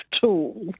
tool